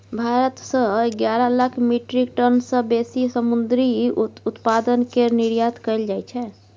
भारत सँ एगारह lakh metric tonne सँ बेसी समुंदरी उत्पाद केर निर्यात कएल जाइ छै